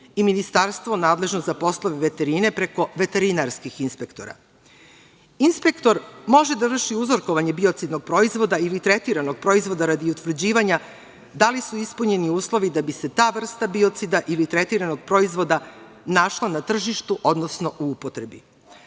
i Ministarstvo nadležno za poslove veterine preko veterinarskih inspektora. Inspektor može da vrši uzorkovanje biocidnog proizvoda ili tretiranog proizvoda radi utvrđivanja da li su ispunjeni uslovi da bi se ta vrsta biocida ili tretiranog proizvoda našla na tržištu, odnosno u upotrebi.